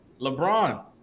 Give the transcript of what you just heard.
LeBron